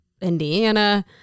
indiana